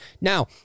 Now